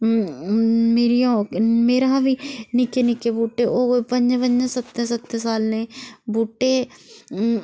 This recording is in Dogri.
मेरी ओह् मेरे हा बी निक्के निक्के बूहटे ओह् पंजें पंजें सत्ते सत्ते सालें बूहटे